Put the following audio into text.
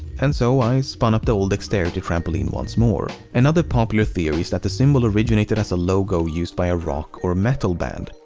and so, i spun up the ol' dexterity trampoline once more. another popular theory is that the symbol originated as a logo used by a rock or metal band.